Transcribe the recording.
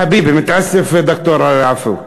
חביב, חביב.